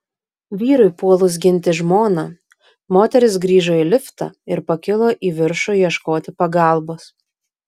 vyrui puolus ginti žmoną moteris grįžo į liftą ir pakilo į viršų ieškoti pagalbos